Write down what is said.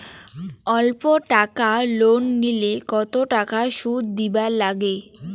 অল্প টাকা লোন নিলে কতো টাকা শুধ দিবার লাগে?